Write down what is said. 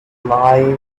life